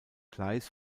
gleis